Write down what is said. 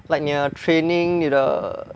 like 你的 training 你的